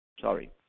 Sorry